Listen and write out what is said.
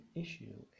issue